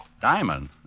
Diamond